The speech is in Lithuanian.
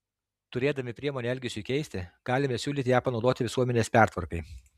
turėdami priemonę elgesiui keisti galime siūlyti ją panaudoti visuomenės pertvarkai